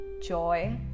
joy